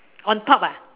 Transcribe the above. on top ah